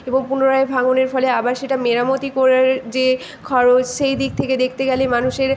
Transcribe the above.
এবং পুনরায় ভাঙনের ফলে আবার সেটা মেরামতি করার যে খরচ সেই দিক থেকে দেখতে গেলে মানুষের